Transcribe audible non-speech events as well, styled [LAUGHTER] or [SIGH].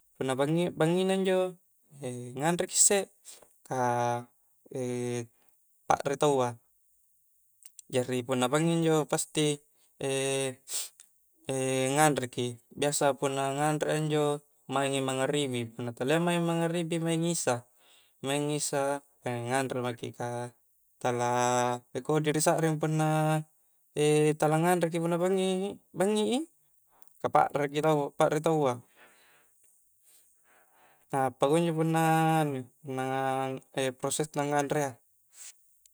Punna bangngi-bangngi na injo [HESITATION] angnganre ki issek ka [HESITATION] pakre tawwa, jari punna bngngi injo pasti [HESITATION] angnganreki, [HESITATION] punna nganre ki injo pasti maing mangaribi, punna talia maing mangaribi, maing isya, maing isya, [HESITATION] angnganre mki ka tala [HESITATION] kodi risakring punna [HESITATION] tala nganreki punna bangngi-bangngi i, ka pakre ki pakre tau a, appakunjo punna nganui punna [HESITATION] prosesna nganrea.